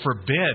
forbid